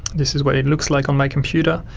this is what it looks like on my computer,